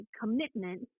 commitment